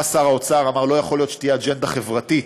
בא שר האוצר ואמר: לא יכול להיות שתהיה אג'נדה חברתית